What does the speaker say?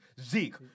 Zeke